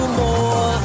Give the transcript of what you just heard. more